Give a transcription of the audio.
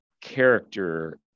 character